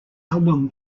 album